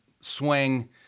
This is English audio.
swing